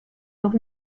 noch